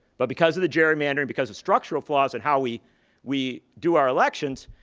but because of the gerrymandering, because of structural flaws in how we we do our elections,